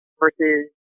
versus